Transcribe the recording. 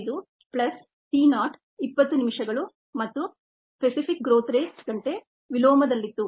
5 plus t ನಾಟ್ 20 ನಿಮಿಷಗಳು ಮತ್ತು ನಮ್ಮ ಸ್ಪೆಸಿಫಿಕ್ ಗ್ರೋಥ್ ರೇಟ್ ಗಂಟೆ ವಿಲೋಮದಲ್ಲಿತ್ತು